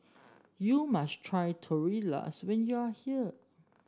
you must try Tortillas when you are here